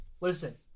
listen